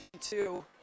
two